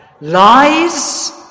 Lies